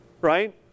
right